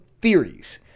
theories